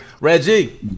Reggie